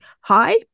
hi